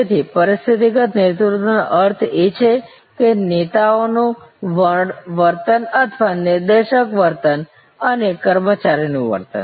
તેથી પરિસ્થિતિગત નેતૃત્વનો અર્થ એ છે કે નેતાઓનું વર્તન અથવા નિર્દેશક વર્તન અને કર્મચારીનું વર્તન